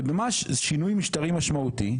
ממש שינוי משטרי משמעותי,